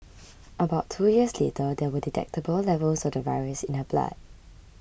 about two years later there were detectable levels of the virus in her blood